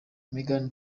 meghan